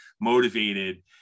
motivated